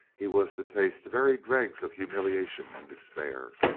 he was to taste the very dregs of humiliation and despair.